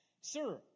Sir